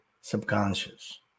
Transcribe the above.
subconscious